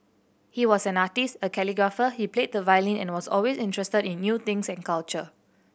he was an artist a calligrapher he played the violin and was always interested in new things and culture